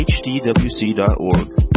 hdwc.org